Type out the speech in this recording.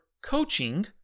coaching